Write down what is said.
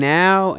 now